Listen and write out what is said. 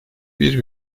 bir